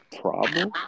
problem